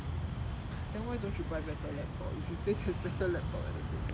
then why don't you buy better laptop if you say there's better laptop at the same price